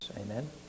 Amen